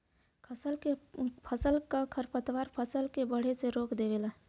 फसल क खरपतवार फसल के बढ़े से रोक देवेला